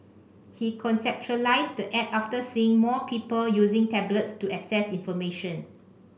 he conceptualised app after seeing more people using tablets to access information